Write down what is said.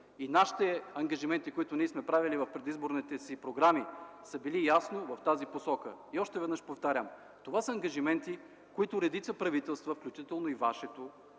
и нашите ангажименти, които ние сме правили в предизборните си програми, са били ясно в тази посока. Още веднъж повтарям: това са ангажименти, които редица правителства, включително и вашето,